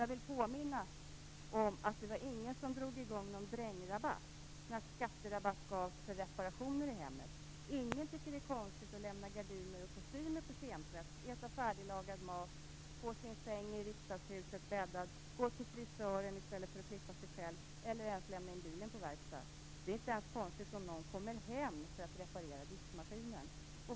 Jag vill påminna om att ingen drog i gång en "drängdebatt" när skatterabatt gavs för reparationer i hemmet. Ingen tycker att det är konstigt att lämna gardiner och kostymer på kemtvätt, äta färdiglagad mat, få sängen i Riksdagshuset bäddad, gå till frisören i stället för att klippa sig själv eller lämna in bilen på verkstad. Det är inte ens konstigt att någon kommer hem för att reparera diskmaskinen.